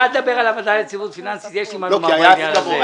אתה אל תדבר על הוועדה ליציבות פיננסית כי יש לי מה לומר בעניין הזה.